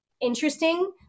interesting